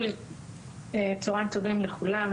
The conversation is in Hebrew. צהריים טובים לכולם,